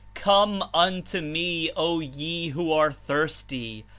come unto me, o ye who are thirsty,